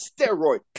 steroid